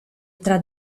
tra